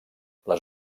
les